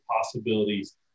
possibilities